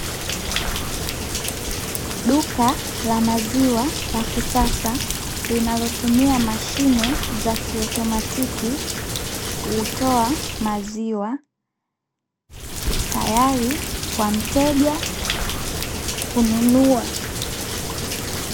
Duka la maziwa la kisasa, linalotumia mashine za kiutomatiki hutoa maziwa, tayari kwa mteja kununua.